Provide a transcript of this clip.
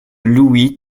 louis